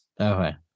Okay